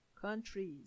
countries